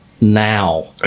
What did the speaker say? now